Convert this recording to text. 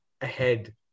ahead